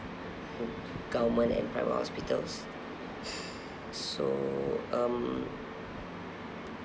government and private hospitals so um